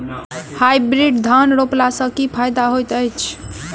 Hybrid धान रोपला सँ की फायदा होइत अछि?